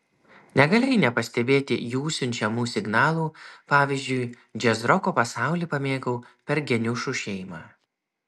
negalėjai nepastebėti jų siunčiamų signalų pavyzdžiui džiazroko pasaulį pamėgau per geniušų šeimą